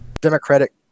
Democratic